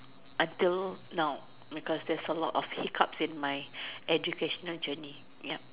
until now because there's a lot of hiccups in my educational journey yup